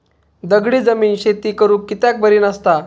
दगडी जमीन शेती करुक कित्याक बरी नसता?